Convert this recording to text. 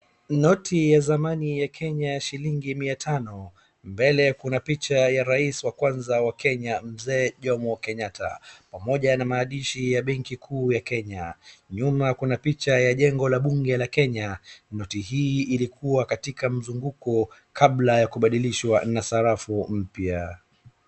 ni noti ya zamani ya kenya ya shillingi mia tano mbele kuna picha ya rais wa kwanza wa kenya mzee Jommo Kenyatta pamoja na maandishi ya benki kuu ya kenya ,nyuma kuna picha ya jengo la bunge la kenya ,noti hii ilikuwa katika mzunguko kabla ya kubadilishwa na sarafu mpya